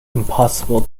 impossible